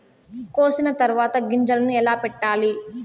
కోసిన తర్వాత గింజలను ఎలా పెట్టాలి